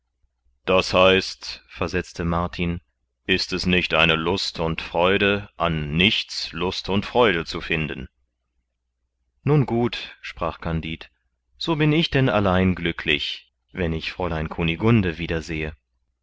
das heißt versetzte martin ist es nicht eine lust und freude an nichts lust und freude zu finden nun gut sprach kandid so bin ich denn allein glücklich wenn ich fräulein kunigunde wiedersehe